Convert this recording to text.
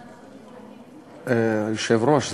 היושב-ראש,